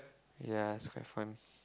ya it's quite fun